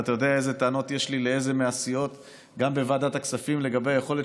ואתה יודע אילו טענות יש לי לאילו מהסיעות בוועדת הכספים לגבי היכולת